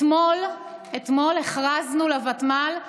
אתמול הכרזנו לוותמ"ל,